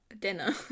dinner